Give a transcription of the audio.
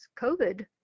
COVID